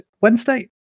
Wednesday